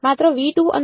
માત્ર અંદર